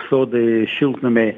sodai šiltnamiai